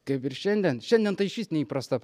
kaip ir šiandien šiandien tai išvis neįprasta